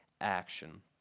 action